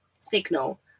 signal